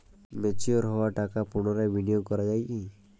Mature হওয়া টাকা পুনরায় বিনিয়োগ করা য়ায় কি?